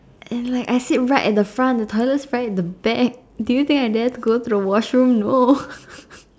and like I sit right at the front the toilet is right at the back do you think I dare to go to the washroom no